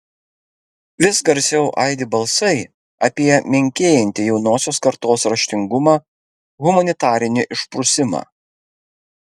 vis garsiau aidi balsai apie menkėjantį jaunosios kartos raštingumą humanitarinį išprusimą